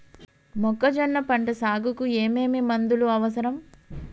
మొక్కజొన్న పంట సాగుకు ఏమేమి మందులు అవసరం?